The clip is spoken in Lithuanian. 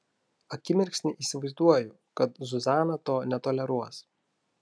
akimirksnį įsivaizduoju kad zuzana to netoleruos